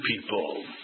people